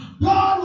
God